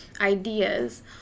ideas